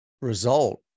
result